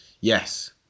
Yes